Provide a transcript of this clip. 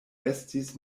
estis